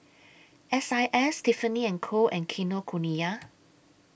S I S Tiffany and Co and Kinokuniya